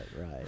right